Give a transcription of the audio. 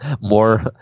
more